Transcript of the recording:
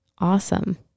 Awesome